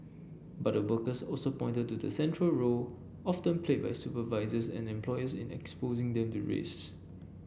but the workers also pointed to the central role often played by supervisors and employers in exposing them to risks